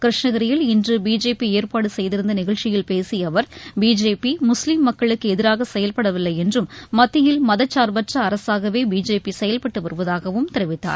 கிருஷ்ணகிரியில் இன்று பிஜேபி ஏற்பாடு செய்திருந்த நிகழ்ச்சியில் பேசிய அவர் பிஜேபி முஸ்லீம் மக்களுக்கு எதிராக செயல்படவில்லை என்றும் மத்தியில் மதசார்பற்ற அரசாகவே பிஜேபி செயல்பட்டு வருவதாகவும் தெரிவித்தார்